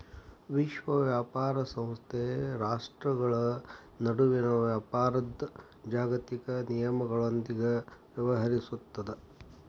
ವಿಶ್ವ ವ್ಯಾಪಾರ ಸಂಸ್ಥೆ ರಾಷ್ಟ್ರ್ಗಳ ನಡುವಿನ ವ್ಯಾಪಾರದ್ ಜಾಗತಿಕ ನಿಯಮಗಳೊಂದಿಗ ವ್ಯವಹರಿಸುತ್ತದ